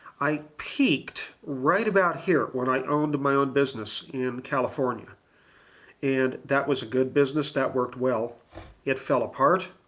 i peaked right about here when i owned my own business in california and that was a good business that worked well it fell apart